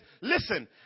Listen